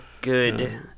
good